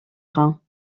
rhin